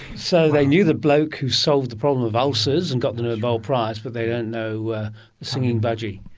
so they knew the bloke who solved the problem of ulcers and got the nobel prize, but they don't know the singing budgie.